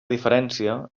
diferència